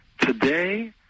Today